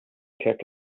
kick